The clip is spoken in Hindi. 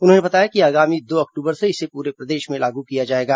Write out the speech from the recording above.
उन्होंने बताया कि आगामी दो अक्टूबर से इसे पूरे प्रदेश में लागू किया जाएगा